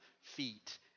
feet